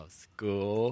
school